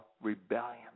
rebellion